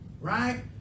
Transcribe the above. right